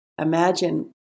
Imagine